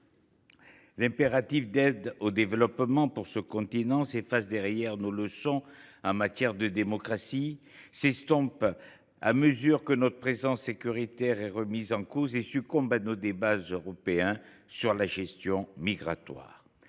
L’impératif d’aide au développement pour ce continent s’efface derrière nos leçons en matière de démocratie, s’estompe à mesure que notre présence sécuritaire est remise en cause et succombe à nos débats européens sur la gestion migratoire.